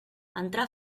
entrar